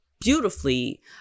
beautifully